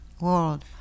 world